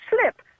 slip